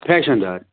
fashion دار